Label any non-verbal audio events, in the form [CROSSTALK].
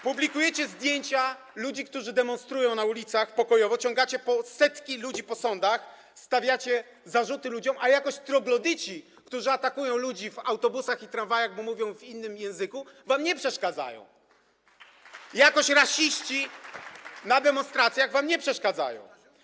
Publikujecie zdjęcia ludzi, którzy demonstrują na ulicach pokojowo, ciągacie setki ludzi po sądach, stawiacie zarzuty ludziom, a jakoś troglodyci, którzy atakują ludzi w autobusach i tramwajach, bo mówią w innym języku, wam nie przeszkadzają, [APPLAUSE] jakoś rasiści na demonstracjach wam nie przeszkadzają.